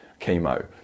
chemo